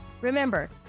Remember